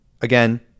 again